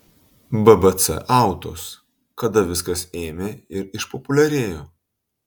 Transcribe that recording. bbc autos kada viskas ėmė ir išpopuliarėjo